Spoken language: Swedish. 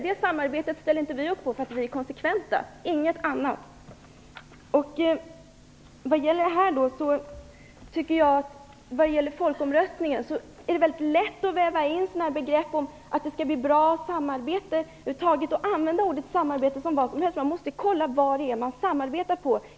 Det samarbetet ställer inte vi upp på, därför att vi är konsekventa, inte av något annat skäl. När det gäller folkomröstningen är det lätt att väva in ordet samarbete i argumenteringen och använda det om vad som helst. Men man måste kolla vad det är man samarbetar om.